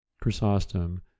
Chrysostom